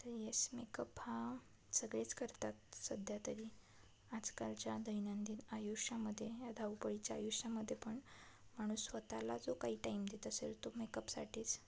तर yes makeup हा सगळेच करतात सध्या तरी आजकालच्या दैनंदिन आयुष्यामध्ये या धावपळीच्या आयुष्यामध्ये पण माणूस स्वतःला जो काही टाईम देत असेल तो मेकअपसाठीच